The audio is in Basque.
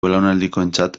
belaunaldikoentzat